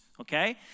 okay